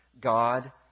God